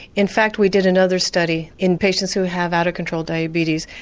in fact we did another study in patients who have out of control diabetes,